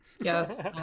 Yes